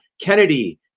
Kennedy